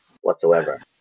whatsoever